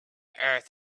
earth